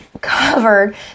Covered